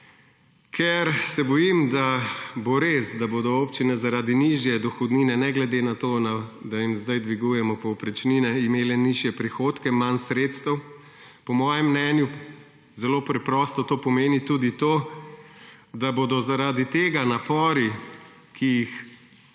ker se bojim, da bo res, da bodo občine zaradi nižje dohodnine – ne glede na to, da jim zdaj dvigujemo povprečnino – imele nižje prihodke, manj sredstev. Po mojem mnenju zelo preprosto to pomeni tudi to, da bodo zaradi tega napori, ki jih